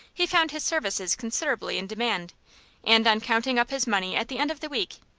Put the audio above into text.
he found his services considerably in demand and on counting up his money at the end of the week,